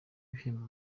bihembo